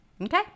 Okay